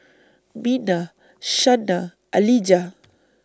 Mina Shanna Alijah